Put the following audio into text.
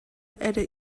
эрэ